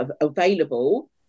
available